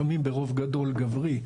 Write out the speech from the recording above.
לפעמים ברוב גדול גברי,